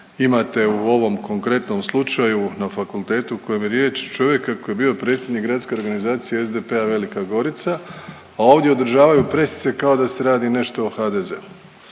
Imate u ovom konkretnom slučaju na fakultetu o kojem je riječ čovjeka koji je bio predsjednik gradske organizacije SDP-a Velika Gorica, a ovdje održavaju pressice kao da se radi nešto o HDZ-u.